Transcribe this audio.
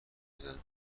بزنم